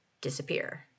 disappear